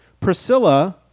Priscilla